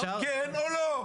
כן או לא?